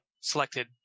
selected